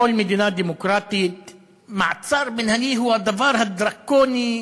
בכל מדינה דמוקרטית מעצר מינהלי הוא הדבר הדרקוני,